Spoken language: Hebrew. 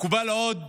מקובל עוד